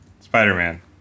Spider-Man